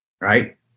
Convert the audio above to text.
Right